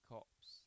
Cops